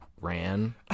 ran